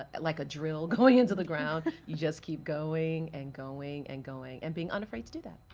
ah like a drill, going into the ground, you just keep going and going, and going. and being unafraid to do that.